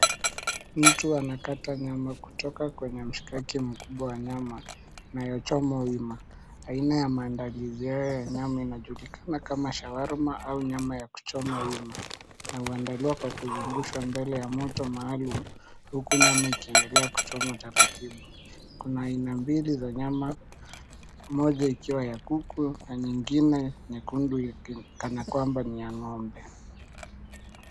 Mtu anakata nyama kutoka kwenye mishikaki mikubwa ya nyama inayochomwa wima. Aina ya maandilizi haya ya nyama inajulikana kama shawarama au nyama ya kuchomwa wima na huandaliwa kwa kuzungushwa mbele ya moto maalum huku nyama ikiendelea kuchoma taratibu. Kuna aina mbili za nyama, moja ikiwa ya kuku na nyingine nyekundu kama kwamba ni ya ng'ombe.